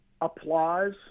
applause